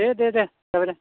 दे दे दे जाबाय दे